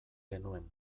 genuen